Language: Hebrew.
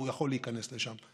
והוא יכול להיכנס לשם.